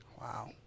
wow